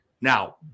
Now